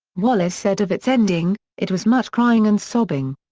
wallace said of its ending, it was much crying and sobbing.